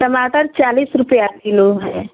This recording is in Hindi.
टमाटर चालीस रुपये किलो है